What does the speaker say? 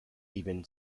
even